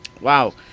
Wow